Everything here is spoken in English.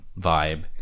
vibe